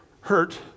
hurt